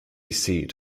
seat